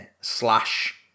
slash